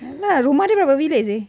ya lah rumah dia berapa bilik seh